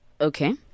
Okay